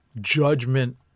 judgment